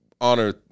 honor